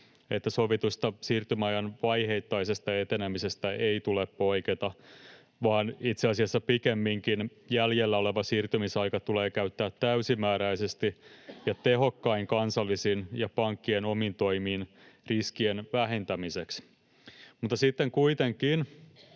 että sovitusta siirtymäajan vaiheittaisesta etenemisestä ei tule poiketa vaan itse asiassa pikemminkin jäljellä oleva siirtymisaika tulee käyttää täysimääräisesti ja tehokkain kansallisin ja pankkien omin toimin riskien vähentämiseksi. Mutta sitten kuitenkin,